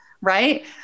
right